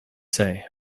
say